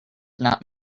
not